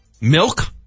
Milk